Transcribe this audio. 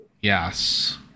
Yes